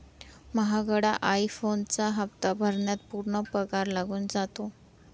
महागडा आई फोनचा हप्ता भरण्यात पूर्ण पगार लागून जातो